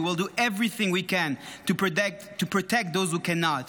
We will do everything we can to protect those who can not.